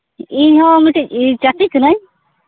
ᱤᱧᱦᱚᱸ ᱢᱤᱫᱴᱮᱡ ᱪᱟᱹᱥᱤ ᱠᱟᱹᱱᱟᱹᱧ